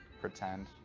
pretend